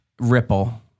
ripple